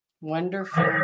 Wonderful